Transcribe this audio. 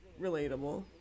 relatable